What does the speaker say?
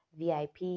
vip